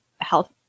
health